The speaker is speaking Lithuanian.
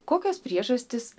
kokios priežastys